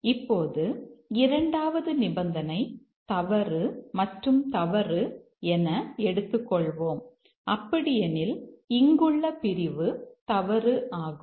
இப்போது இரண்டாவது நிபந்தனை தவறு மற்றும் தவறு என எடுத்துக் கொள்வோம் அப்படி எனில் இங்குள்ள பிரிவு தவறு ஆகும்